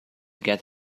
get